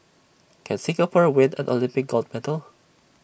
can Singapore win an Olympic gold medal